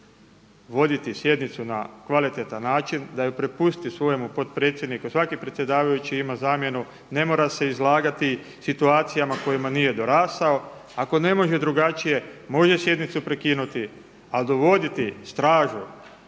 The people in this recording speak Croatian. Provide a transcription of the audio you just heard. voditi sjednicu na kvalitetan način da ju prepusti svome potpredsjedniku. Svaki predsjedavajući ima zamjenu, ne mora se izlagati situacijama kojima nije dorasao. Ako ne može drugačije može sjednicu prekinuti a dovoditi stražu